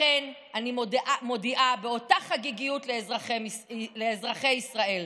לכן אני מודיעה באותה חגיגיות לאזרחי ישראל: